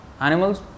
animals